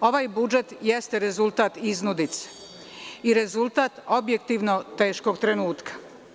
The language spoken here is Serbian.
ovaj budžet jeste rezultat iznudice i rezultat objektivno teškog trenutka.